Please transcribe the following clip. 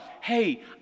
hey